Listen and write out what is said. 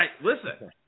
Listen